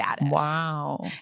Wow